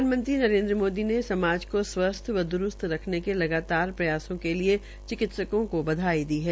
प्रधानमंत्री नरेन्द्र मोदी ने समाज के स्वस्थ व द्रूस्त रखने के लगातार प्रयासों के लिये चिकित्सकों को बधाई दी है